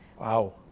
Wow